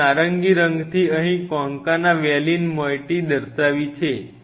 મેં નારંગી રંગથી અહીં કોન્કાના વેલીન મોઇટી દર્શાવી છે